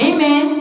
Amen